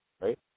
right